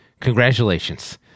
Congratulations